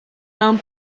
mewn